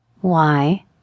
Why